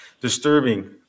disturbing